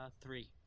three